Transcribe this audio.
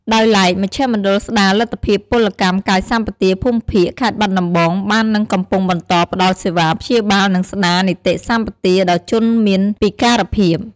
ដោយឡែក មជ្ឈមណ្ឌលស្ដារលទ្ធភាពពលកម្មកាយសម្បទាភូមិភាគ ខេត្តបាត់ដំបងបាននឹងកំពុងបន្តផ្ដល់សេវាព្យាបាល និងស្ដារនិតិសម្បទាដល់ជនមានពិការភាព។